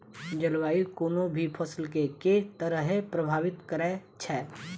जलवायु कोनो भी फसल केँ के तरहे प्रभावित करै छै?